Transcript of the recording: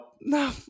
no